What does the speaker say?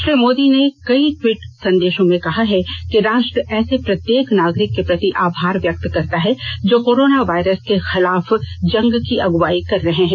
श्री मोदी ने कई ट्वीट संदेशों में कहा कि राष्ट्र ऐसे प्रत्येक नागरिक के प्रति आभार व्यक्त करता है जो कोरोना वायरस के खिलाफ जंग की अगवाई कर रहे हैं